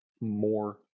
more